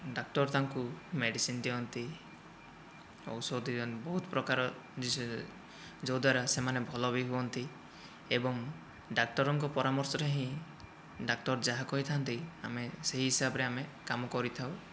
ଡାକ୍ତର ତାଙ୍କୁ ମେଡ଼ିସିନ ଦିଅନ୍ତି ଔଷଧ ଦିଅନ୍ତି ବହୁତ ପ୍ରକାର ଯେଉଁଦ୍ୱାରା ସେମାନେ ଭଲ ବି ହୁଅନ୍ତି ଏବଂ ଡାକ୍ତରଙ୍କ ପରାମର୍ଶରେ ହିଁ ଡାକ୍ତର ଯାହା କହିଥାନ୍ତି ଆମେ ସେହି ହିସାବରେ ଆମେ କାମ କରିଥାଉ